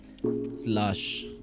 slash